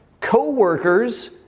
co-workers